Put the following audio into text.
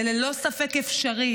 זה ללא ספק אפשרי,